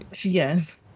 Yes